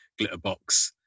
Glitterbox